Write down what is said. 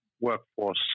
workforce